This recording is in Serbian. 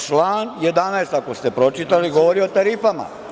Član 11, ako ste pročitali, govori o tarifama.